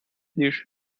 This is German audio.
nicht